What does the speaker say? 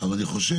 אבל אני חושב,